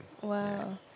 wow